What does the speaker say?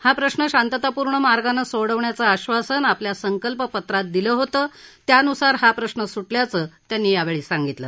हा प्रश्न शांततापूर्ण मार्गानं सोडवण्याचं आश्वासन आपल्या संकल्पपत्रात दिलं होतं त्यान्सार हा प्रश्न स्टल्याचं त्यांनी यावेळी सांगितलं